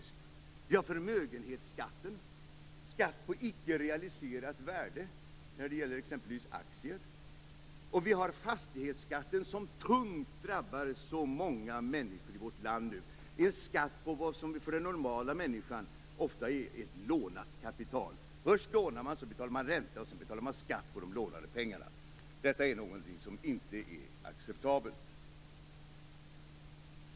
Det handlar också om förmögenhetsskatten, och skatt på icke realiserat värde när det gäller exempelvis aktier. Fastighetsskatten som tungt drabbar så många människor i vårt land nu är också ett exempel. Det är en skatt på vad som för den normala människan ofta är ett lånat kapital. Först lånar man och betalar ränta och sedan betalar man skatt på de lånade pengarna! Detta är något som inte är acceptabelt.